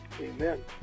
Amen